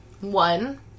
One